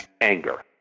anger